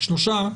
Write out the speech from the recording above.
שלושה,